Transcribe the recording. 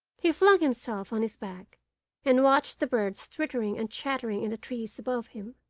he flung himself on his back and watched the birds twittering and chattering in the trees above him.